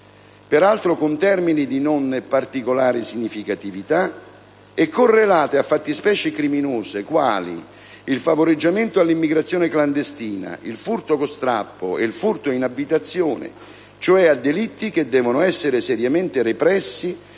peraltro con termini di non particolare significatività, e correlate a fattispecie criminose quali il favoreggiamento all'immigrazione clandestina, il furto con strappo e il furto in abitazione, cioè a delitti che devono essere seriamente repressi,